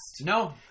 No